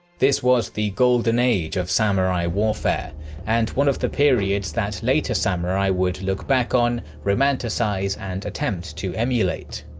this was the golden age of samurai warfare and one of the periods that later samurai would look back on, romanticise and attempt to emulate.